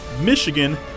Michigan